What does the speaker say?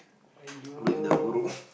!aiyo!